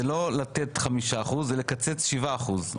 זה לא לתת חמישה אחוז, לקצץ שבעה אחוז.